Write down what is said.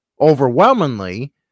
overwhelmingly